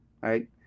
right